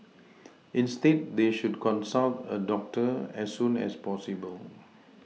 instead they should consult a doctor as soon as possible